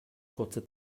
kurze